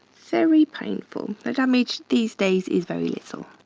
very painful. the damage these days is very little.